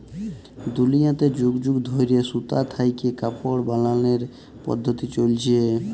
দুলিয়াতে যুগ যুগ ধইরে সুতা থ্যাইকে কাপড় বালালর পদ্ধতি চইলছে